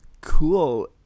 cool